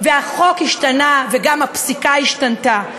והחוק השתנה וגם הפסיקה השתנתה.